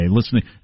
Listening